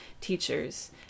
teachers